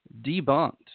debunked